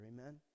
Amen